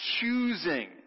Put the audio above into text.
choosing